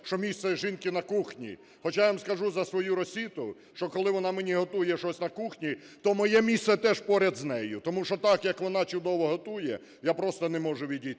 що місце жінки на кухні. Хоча я вам скажу за свою Росіту, що коли вона мені готує щось на кухні, то моє місце теж поряд з нею, тому що так, як вона чудово готує, я просто не можу відійти.